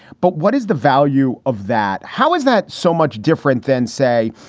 but what is the value of that? how is that so much different than, say,